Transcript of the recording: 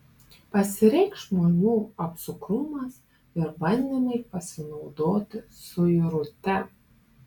pasireikš žmonių apsukrumas ir bandymai pasinaudoti suirute